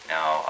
Now